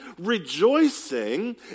Rejoicing